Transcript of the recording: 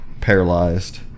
paralyzed